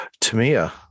Tamia